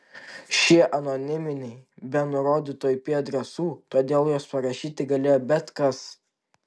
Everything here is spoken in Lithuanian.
šie anoniminiai be nurodytų ip adresų todėl juos parašyti galėjo bet kas